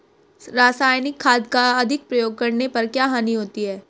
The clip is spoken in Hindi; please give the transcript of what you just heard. रासायनिक खाद का अधिक प्रयोग करने पर क्या हानि होती है?